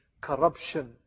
corruption